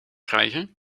krijgen